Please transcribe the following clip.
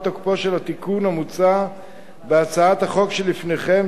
תוקפו של התיקון המוצע בהצעת החוק שלפניכם,